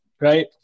right